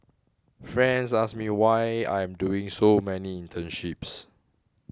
friends ask me why I am doing so many internships